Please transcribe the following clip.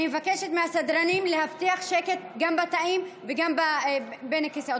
אני מבקשת מהסדרנים להבטיח שקט גם בתאים וגם בין הכיסאות,